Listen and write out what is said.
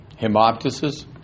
hemoptysis